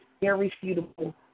irrefutable